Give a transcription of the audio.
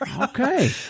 Okay